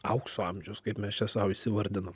aukso amžius kaip mes čia sau įsivardinam